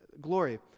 glory